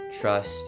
trust